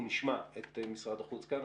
אנחנו נשמע את משרד החוץ כאן,